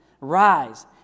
Rise